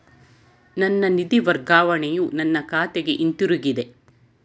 ನನ್ನ ನಿಧಿ ವರ್ಗಾವಣೆಯು ನನ್ನ ಖಾತೆಗೆ ಹಿಂತಿರುಗಿದೆ